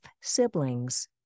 siblings